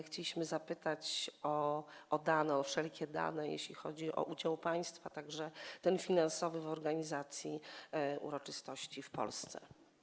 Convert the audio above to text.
Chcieliśmy zapytać o wszelkie dane, jeśli chodzi o udział państwa, także ten finansowy, w organizacji uroczystości w Polsce.